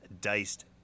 diced